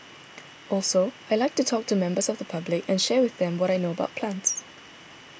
also I like to talk to members of the public and share with them what I know about plants